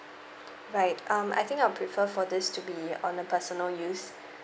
right um I think I'll prefer for this to be on the personal use